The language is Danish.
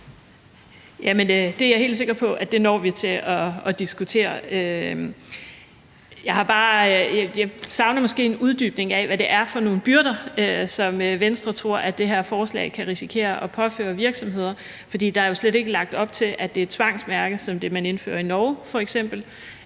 det er jeg helt sikker på vi når frem til at diskutere. Jeg savner måske en uddybning af, hvad det er for nogle byrder, som Venstre tror det her forslag kan risikere at påføre virksomheder, for der er jo slet ikke lagt op til, at det er et tvangsmærke som det, man indfører i f.eks.